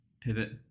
pivot